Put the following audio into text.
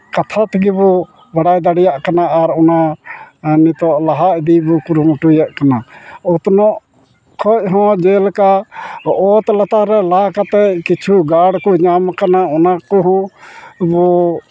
ᱠᱟᱛᱷᱟ ᱛᱮᱜᱮᱵᱚ ᱵᱟᱰᱟᱭ ᱫᱟᱲᱮᱭᱟᱜ ᱠᱟᱱᱟ ᱟᱨ ᱚᱱᱟ ᱱᱤᱛᱚᱜ ᱞᱟᱦᱟ ᱤᱫᱤ ᱟᱹᱜᱩ ᱠᱩᱨᱩ ᱢᱩᱴᱩᱭᱮᱜ ᱠᱟᱱᱟ ᱚᱛᱱᱚᱜ ᱠᱷᱚᱡ ᱦᱚᱸ ᱡᱮᱞᱮᱠᱟ ᱚᱛ ᱞᱟᱛᱟᱨ ᱨᱮ ᱞᱟ ᱠᱟᱛᱮ ᱠᱤᱪᱷᱩ ᱜᱟᱲ ᱠᱚ ᱧᱟᱢ ᱠᱟᱱᱟ ᱚᱱᱟ ᱠᱚᱦᱚᱸ ᱵᱚ